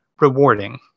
rewarding